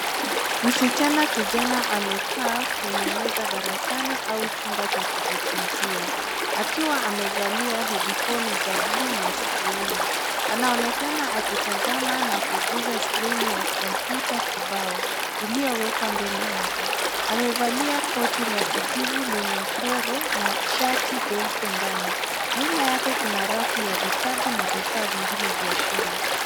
Msichana kijana amekaa kwenye meza darasani au chumba cha kujifunzia ,akiwa amevalia hedifoni za bluu maskioni. Anaonekana akitazama na kuguza skrini ya komputa kibao, iliyowekwa mbele yake. Amevalia koti la kijivu lenye mchoro na shati jeupe ndani. Nyuma yake kuna rafu ya vitabu na vifaa vingine vya shule.